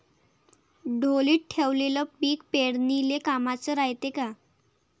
ढोलीत ठेवलेलं पीक पेरनीले कामाचं रायते का?